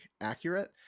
accurate